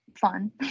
fun